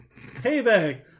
payback